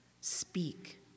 Speak